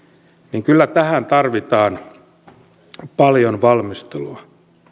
niin kyllä tähän tarvitaan paljon valmistelua